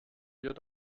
wir